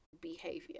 behavior